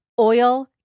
oil